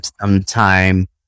sometime